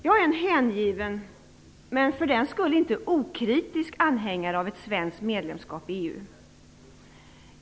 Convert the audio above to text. Jag är en hängiven, men för den skull inte okritisk anhängare av ett svenskt medlemskap i EU.